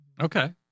Okay